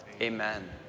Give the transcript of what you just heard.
amen